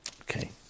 Okay